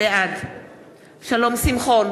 בעד שלום שמחון,